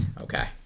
Okay